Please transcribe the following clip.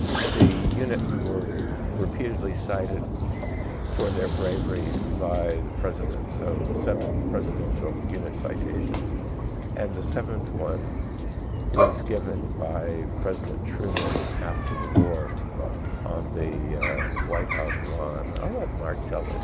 the units were repeatedly cited for their bravery by the of so seventh presidential unit citations and the seventh one was given by president truman after the war on the white house lawn. i'll let mark tell